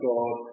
God